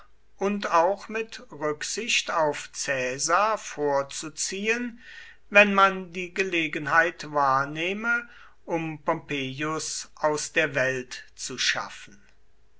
und auch mit rücksicht auf caesar vorzuziehen wenn man die gelegenheit wahrnehme um pompeius aus der welt zu schaffen